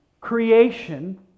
creation